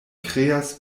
kreas